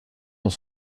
dans